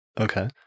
Okay